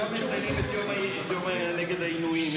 היום מציינים את היום נגד העינויים,